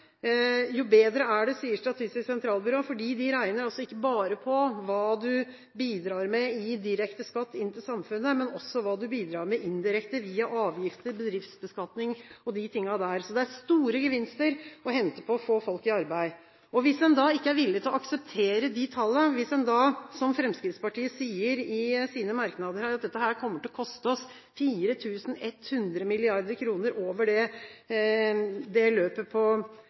jo bedre er det, sier Statistisk sentralbyrå, for de regner ikke bare på hva du bidrar med i direkte skatt inn til samfunnet, men også hva du bidrar med indirekte via avgifter, bedriftsbeskatning og annet. Så det er store gevinster å hente på å få folk i arbeid. Hvis en da ikke er villig til å akseptere disse tallene, hvis en da sier, som Fremskrittspartiet gjør i sine merknader, at dette kommer til å koste oss 4 100 mrd. kr over det løpet på